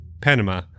Panama